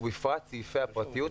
ובפרט סעיפים הפרטיות,